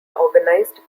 organized